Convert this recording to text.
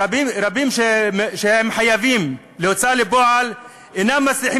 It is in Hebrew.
רבים שהם חייבים בהוצאה לפועל אינם מצליחים